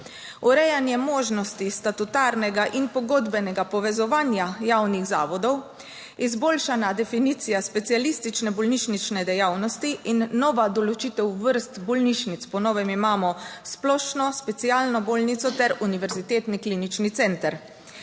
urejanje možnosti statutarnega in pogodbenega povezovanja javnih zavodov, izboljšana definicija specialistične bolnišnične dejavnosti in nova določitev vrst bolnišnic (po novem imamo splošno specialno bolnico ter univerzitetni klinični center),